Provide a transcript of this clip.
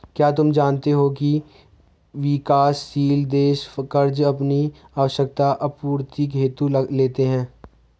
क्या तुम जानते हो की विकासशील देश कर्ज़ अपनी आवश्यकता आपूर्ति हेतु लेते हैं?